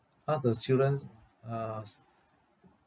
ask the children uh